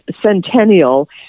centennial